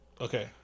okay